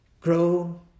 grow